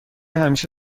همیشه